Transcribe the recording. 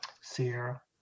Sierra